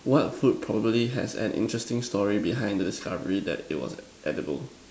what food probably has an interesting story behind the discovery that it was edible